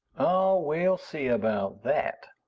oh, we'll see about that.